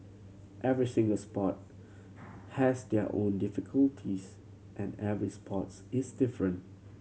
every single sport has their own difficulties and every sports its different